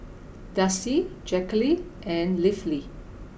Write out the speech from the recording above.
Darci Jacqulyn and Leafy